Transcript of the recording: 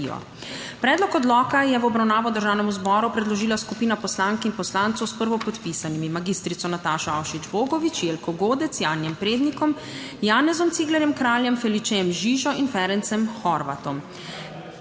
Predlog odloka je v obravnavo Državnemu zboru predložila skupina poslank in poslancev s prvopodpisanimi magistrico Natašo Avšič Bogovič, Jelko Godec, Janijem Prednikom, Janezom Ciglerjem Kraljem, Felicejem Žižo in Ferencem Horvatom.